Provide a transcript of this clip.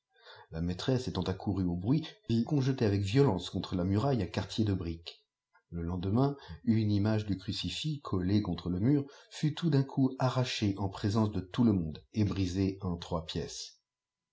la maîtresse étant accourue au bruit vit qu'on jetait avec violence contre la lliunaue m aqarmer de briaue le içndeilii une iqiae du crucifix collée contre le mur fat tout d'un coup amdiéè en présence de tout le monde et brisée en troi pièce